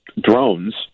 drones